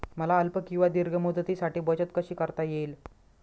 मला अल्प किंवा दीर्घ मुदतीसाठी बचत कशी करता येईल?